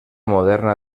moderna